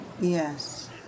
Yes